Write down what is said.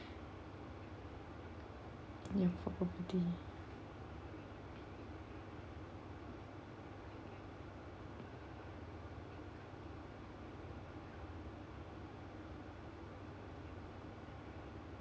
ya for property